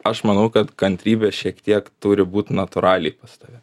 aš manau kad kantrybės šiek tiek turi būt natūraliai pas tave